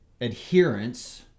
adherence